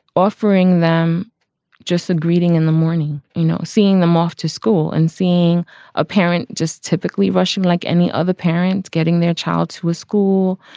offering them just a greeting in the morning, you know, seeing them off to school and seeing a parent just typically rushing like any other parent, getting their child to a school,